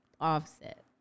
Offset